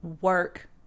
work